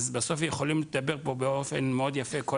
בסוף יכולים לדבר פה באופן מאוד יפה כל